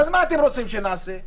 מה אתם רוצים שנעשה?